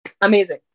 amazing